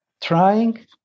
trying